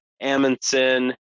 amundsen